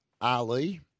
Ali